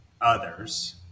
others